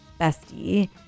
bestie